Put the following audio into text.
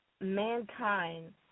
mankind